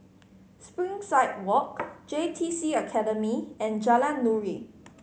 Springside Walk J T C Academy and Jalan Nuri